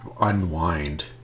unwind